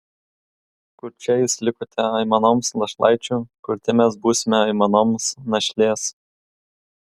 kurčia jūs likote aimanoms našlaičių kurti mes būsime aimanoms našlės